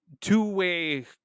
two-way